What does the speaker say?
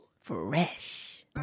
fresh